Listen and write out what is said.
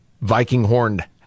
Viking-horned